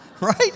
Right